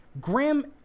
Graham